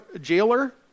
jailer